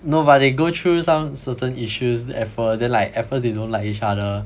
no but they go through some certain issues at first then like at first they don't like each other